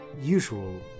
usual